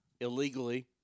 illegally